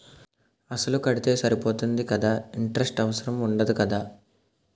అసలు కడితే సరిపోతుంది కదా ఇంటరెస్ట్ అవసరం ఉండదు కదా?